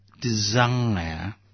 desire